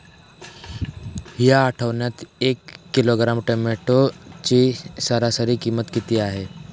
या आठवड्यात एक किलोग्रॅम टोमॅटोची सरासरी किंमत किती आहे?